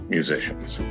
musicians